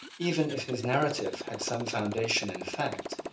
even if his narrative had some foundation in fact,